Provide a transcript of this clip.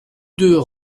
deux